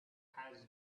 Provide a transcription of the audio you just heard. has